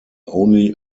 only